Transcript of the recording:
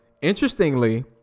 interestingly